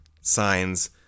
signs